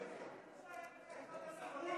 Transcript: את חוק